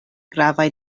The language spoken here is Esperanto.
gravaj